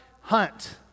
hunt